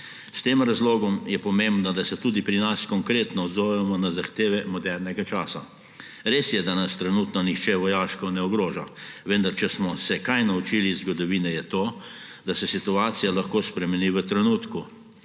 S tem razlogom je pomembno, da se tudi pri nas konkretno odzovemo na zahteve modernega časa. Res je, da nas trenutno nihče vojaško ne ogroža, vendar če smo se kaj naučili iz zgodovine, je to, da se situacija lahko spremeni v trenutku.